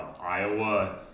iowa